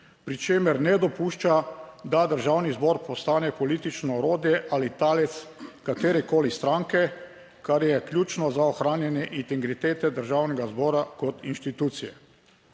pri čemer ne dopušča, da Državni zbor postane politično orodje ali talec katerekoli stranke, kar je ključno za ohranjanje integritete Državnega zbora kot institucije.